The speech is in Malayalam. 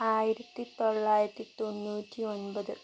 ആയിരത്തി തൊള്ളായിരത്തി തൊണ്ണൂറ്റി ഒൻപത്